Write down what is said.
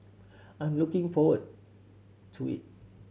I'm looking forward to it